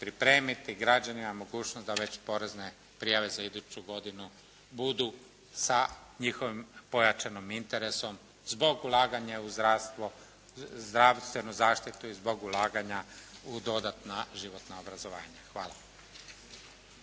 građanima mogućnost da već porezne prijave za iduću godinu budu sa njihovim pojačanim interesom zbog ulaganja u zdravstvo, zdravstvenu zaštitu i zbog ulaganja u dodatna životna obrazovanja. Hvala.